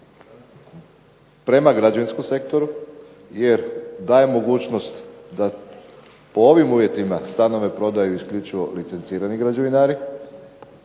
prema građevinskom sektoru, jer daje mogućnost da po ovim uvjetima stanove prodaju isključivo licencirani građevinari,